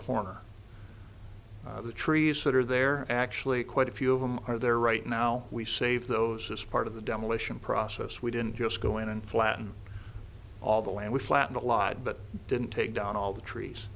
corner the trees that are there actually quite a few of them are there right now we save those as part of the demolition process we didn't just go in and flatten all the land we flattened a lot but didn't take down all the trees